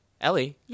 Ellie